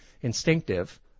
instinctive